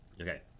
Okay